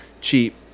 cheap